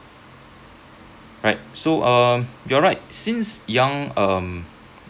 right so uh you're right since young um